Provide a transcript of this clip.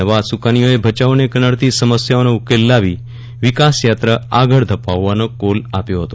નવા સુકાનીઓએ ભચાઉને કનડતી સમસ્યાઓનો ઉકેલ લાવી વિકાસયાત્રા આગળ ધપાવવાનો કોલ આપ્યો હતો